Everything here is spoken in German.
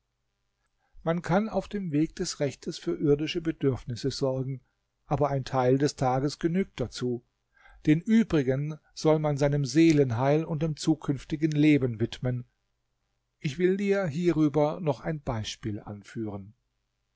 man kann auf dem weg des rechtes für irdische bedürfnisse sorgen aber ein teil des tages genügt dazu den übrigen soll man seinem seelenheil und dem zukünftigen leben widmen ich will dir hierüber noch ein beispiel anführen